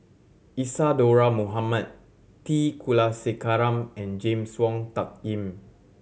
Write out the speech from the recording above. Isadhora Mohamed T Kulasekaram and James Wong Tuck Yim